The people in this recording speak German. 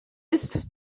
ist